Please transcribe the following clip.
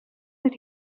that